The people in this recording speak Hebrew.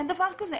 אין דבר כזה,